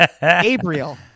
Gabriel